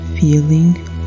feeling